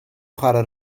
chwarae